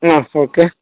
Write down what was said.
ಹಾಂ ಓಕೆ